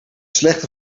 slechte